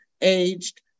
aged